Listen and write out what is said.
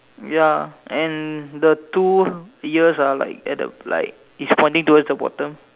ya and the two ears ah like at the like is pointing towards the bottom